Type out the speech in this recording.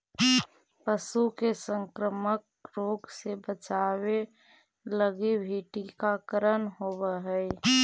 पशु के संक्रामक रोग से बचावे लगी भी टीकाकरण होवऽ हइ